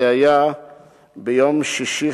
זה היה ביום שישי,